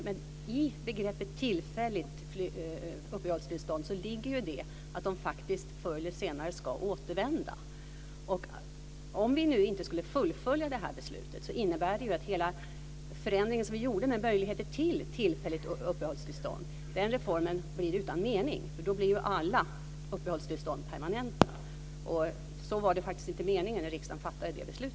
Men i begreppet tillfälligt uppehållstillstånd ligger att de faktiskt förr eller senare ska återvända. Om vi nu inte skulle fullfölja detta beslut innebär det ju att hela den förändring, den reform, som vi gjorde med möjligheter till tillfälliga uppehållstillstånd blir utan mening, eftersom alla uppehållstillstånd då blir permanenta. Och det var faktiskt inte meningen när riksdagen fattade detta beslut.